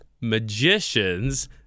magicians